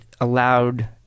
allowed